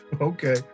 Okay